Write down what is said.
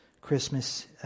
Christmas